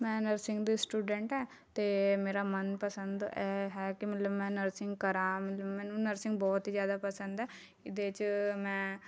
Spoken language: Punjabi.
ਮੈਂ ਨਰਸਿੰਗ ਦੀ ਸਟੂਡੈਂਟ ਹੈ ਅਤੇ ਮੇਰਾ ਮਨਪਸੰਦ ਇਹ ਹੈ ਕਿ ਮਤਲਬ ਮੈਂ ਨਰਸਿੰਗ ਕਰਾਂ ਮਤਲਬ ਮੈਨੂੰ ਨਰਸਿੰਗ ਬਹੁਤ ਹੀ ਜ਼ਿਆਦਾ ਪਸੰਦ ਹੈ ਇਹਦੇ 'ਚ ਮੈਂ